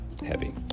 heavy